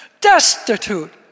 destitute